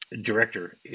director